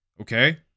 Okay